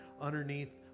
underneath